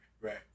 Right